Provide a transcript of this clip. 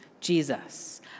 Jesus